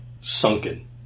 sunken